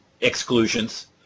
exclusions